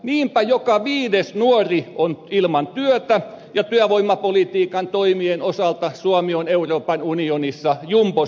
niinpä joka viides nuori on ilman työtä ja työvoimapolitiikan toimien osalta suomi on euroopassa jumbosijoilla